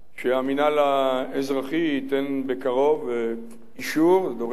שהמינהל האזרחי ייתן בקרוב אישור, זה דורש